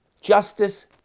Justice